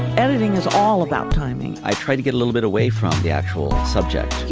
editing is all about timing. i tried to get a little bit away from the actual so yeah